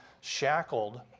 shackled